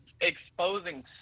exposing